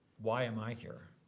why am i here?